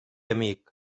amic